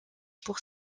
pour